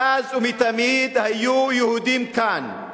מאז ומתמיד, מאז ומתמיד היו יהודים כאן.